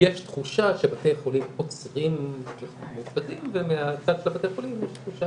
שיש תחושה שבתי חולים עוצרים מאושפזים ומהצד של בתי החולים יש תחושה